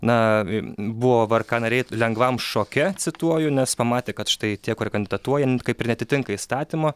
na buvo vrk nariai lengvam šoke cituoju nes pamatė kad štai tie kurie kandidatuoja kaip ir neatitinka įstatymo